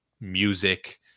music